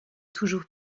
toujours